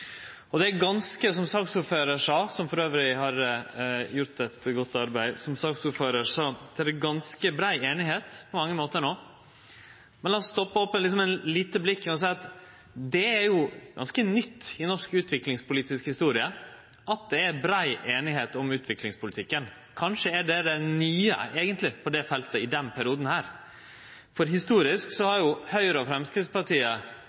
sa, er det ganske brei einigheit på mange måtar no. Men lat oss stoppe opp og ta eit lite tilbakeblikk: Det er ganske nytt i norsk utviklingspolitisk historie at det er brei einigheit om utviklingspolitikken. Kanskje er det eigentleg det nye på dette feltet i denne perioden, for historisk har jo Høgre og Framstegspartiet